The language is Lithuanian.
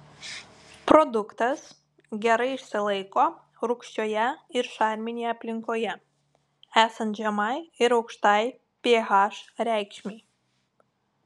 produktas gerai išsilaiko rūgščioje ir šarminėje aplinkoje esant žemai ir aukštai ph reikšmei